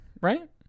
right